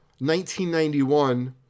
1991